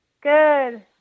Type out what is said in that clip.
Good